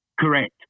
Correct